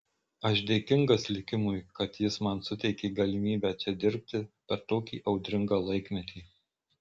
aš dėkingas likimui kad jis man suteikė galimybę čia dirbti per tokį audringą laikmetį